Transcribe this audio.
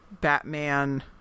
Batman